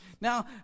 Now